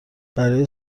برای